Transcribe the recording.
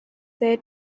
their